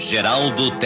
Geraldo